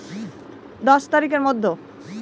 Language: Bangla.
শব্দ মেয়াদি ঋণের কিস্তি মাসের কোন সময় দেওয়া ভালো?